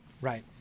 right